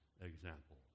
example